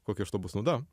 kokia iš to bus nauda